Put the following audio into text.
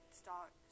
start